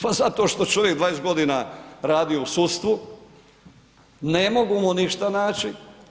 Pa zato što je čovjek 20 godina radio u sudstvu, ne mogu mu ništa naći.